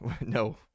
no